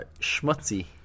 Schmutzy